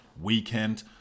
weekend